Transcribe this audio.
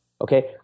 Okay